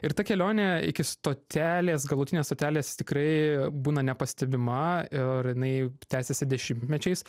ir ta kelionė iki stotelės galutinės stotelės tikrai būna nepastebima ir jinai tęsiasi dešimtmečiais